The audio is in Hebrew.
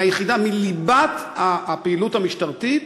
בליבת הפעילות המשטרתית.